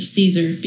Caesar